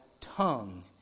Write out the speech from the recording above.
tongue